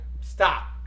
stop